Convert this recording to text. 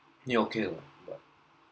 then okay lah but